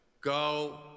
go